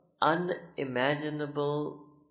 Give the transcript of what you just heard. unimaginable